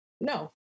no